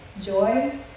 joy